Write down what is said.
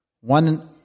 one